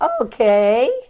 Okay